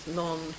non